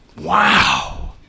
wow